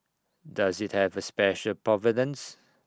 does IT have A special provenance